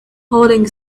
falling